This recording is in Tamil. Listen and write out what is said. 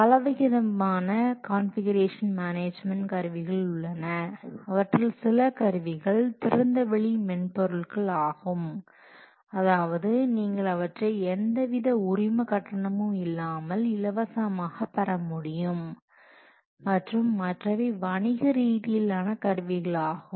பலவகையான கான்ஃபிகுரேஷன் மேனேஜ்மென்ட் கருவிகள் உள்ளன அவற்றில் சில கருவிகள் திறந்தவெளி மென்பொருள் ஆகும் அதாவது நீங்கள் அவற்றை எந்தவித உரிம கட்டணமும் இல்லாமல் இலவசமாக பெற முடியும் மற்றும் மற்றவை வணிக ரீதியிலான கருவிகளாகும்